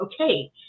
okay